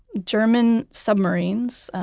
german submarines,